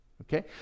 okay